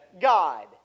God